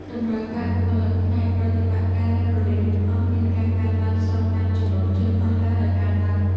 តម្រូវការបុគ្គលិកផ្នែកប្រតិបត្តិការនៅព្រលានយន្តហោះមានការកើនឡើងស្របតាមចំនួនជើងហោះហើរដែលកើនឡើង។